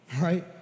right